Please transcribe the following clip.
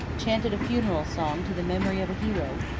chanted a funeral song to the memory of a hero,